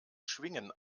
schwingen